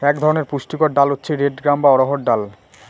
এক ধরনের পুষ্টিকর ডাল হচ্ছে রেড গ্রাম বা অড়হর ডাল